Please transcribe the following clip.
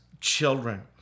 children